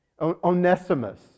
Onesimus